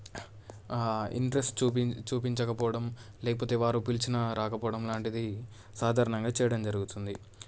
interest చూపిం చూపించకపోవడం లేకపోతే వారు పిలిచిన రాకపోవడం లాంటిది సాధారణంగా చేయడం జరుగుతుంది